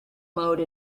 mode